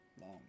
Long